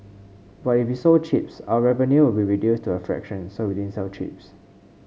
but if we sold chips our revenue would be reduced to a fraction so we didn't sell chips